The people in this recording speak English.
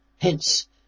Hence